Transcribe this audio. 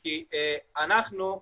אנחנו,